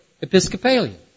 Episcopalian